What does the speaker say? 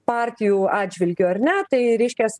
partijų atžvilgiu ar ne tai reiškias